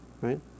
right